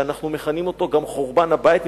שאנחנו מכנים אותו גם חורבן הבית.